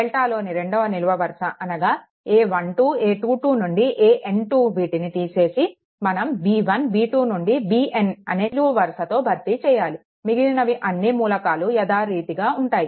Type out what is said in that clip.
డెల్టాలో రెండవ నిలువు వరుస అనగా a12 a22 నుండి an2 వీటిని తీసేసి మనం b1 b2 నుండి bn అనే నిలువు వరుసతో భర్తీ చేయాలి మిగిలినవి అన్నీ మూలకాలు యథారీతిగా ఉంటాయి